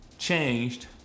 changed